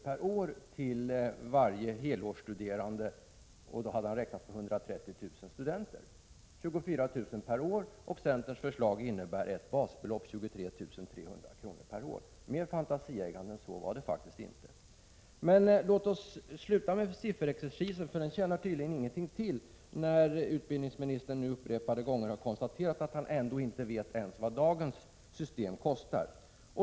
per år till varje helårsstuderande, och då hade han räknat med 130 000 studenter. Centerns förslag innebär ett basbelopp på 23 300 kr. per år. Mer fantasieggande än så var det faktiskt inte! Men låt oss sluta med sifferexercisen — den tjänar tydligen ingenting till när utbildningsministern nu upprepade gånger har sagt att han ändå inte vet ens vad dagens system kostar.